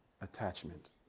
attachment